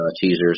teasers –